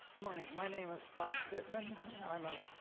morning, my name is bob pittman. i'm a